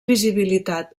visibilitat